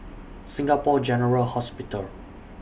Singapore General Hospital